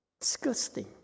Disgusting